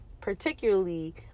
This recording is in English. Particularly